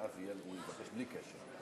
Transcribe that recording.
ואז הוא יבקש בלי קשר.